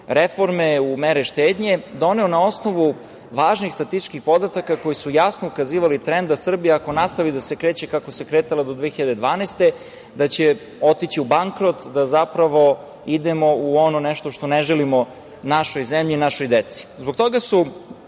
reforme, u mere štednje, doneo na osnovu važnih statističkih podataka koji su jasno ukazivali trend da Srbija ako nastavi da se kreće kako se kretala do 2012. godine, da će otići u bankrot i da zapravo idemo u nešto što ne želimo našoj zemlji i našoj deci.